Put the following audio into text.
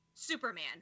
Superman